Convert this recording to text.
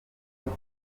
andi